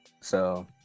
So-